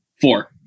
Four